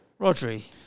Rodri